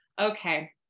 Okay